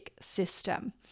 system